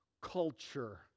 culture